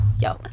yo